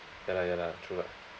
ya lah ya lah true lah